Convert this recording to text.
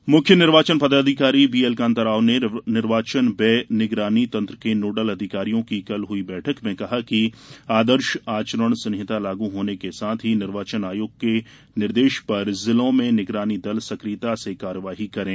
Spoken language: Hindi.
निर्वाचन व्यय मुख्य निर्वाचन पदाधिकारी व्हीएलकान्ता राव ने निर्वाचन व्यय निगरानी तंत्र के नोडल अधिकारियों की कल हुई बैठक में कहा कि आदर्श आचरण संहिता लागू होने के साथ ही निर्वाचन आयोग के निर्देश पर जिलों में निगरानी दल सक्रियता से कार्यवाही करें